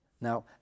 Now